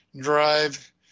drive